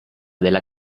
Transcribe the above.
della